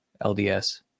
lds